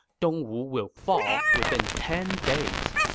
dongwu will fall within ten days.